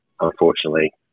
unfortunately